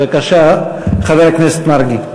בבקשה, חבר הכנסת מרגי.